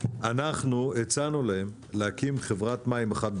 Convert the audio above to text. אנחנו הצענו להם, להקים חברת מים אחת גדולה,